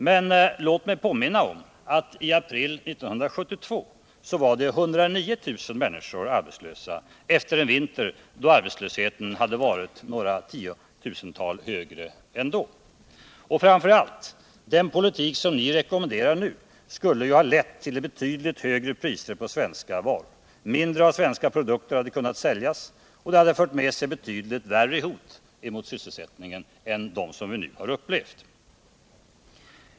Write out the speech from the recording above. Men låt mig påminna om att i april 1972 var 109 000 människor arbetslösa efter den föregående vintern, då ytterligare några tiotusental hade varit utan jobb Och framför allt: Den politik som ni nu rekommenderar skulle ha lett till betydligt högre priser på svenska varor, mindre av svenska produkter hade kunnat säljas och det hade fört med sig betydligt värre hot mot sysselsättningen än vad vi nu har upplevt.